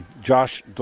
Josh